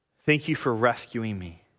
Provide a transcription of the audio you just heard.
thank you for rescuing me